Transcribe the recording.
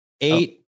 eight